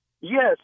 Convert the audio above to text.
Yes